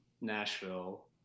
Nashville